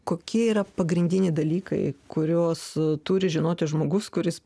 kokie yra pagrindiniai dalykai kuriuos turi žinoti žmogus kuris